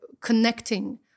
connecting